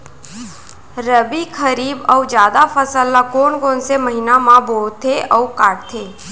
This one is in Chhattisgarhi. रबि, खरीफ अऊ जादा फसल ल कोन कोन से महीना म बोथे अऊ काटते?